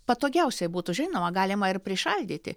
patogiausiai būtų žinoma galima ir prišaldyti